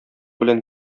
белән